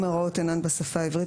אם ההוראות אינן בשפה העברית,